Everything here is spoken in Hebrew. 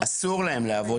אסור להם לעבוד.